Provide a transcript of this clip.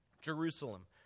Jerusalem